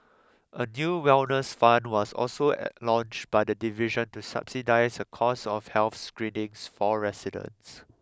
a new wellness fund was also a launched by the division to subsidise the cost of health screenings for residents